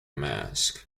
mask